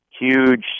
huge